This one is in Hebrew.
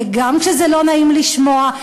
וגם כשזה לא נעים לשמוע,